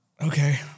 Okay